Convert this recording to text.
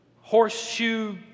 horseshoe